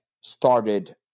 started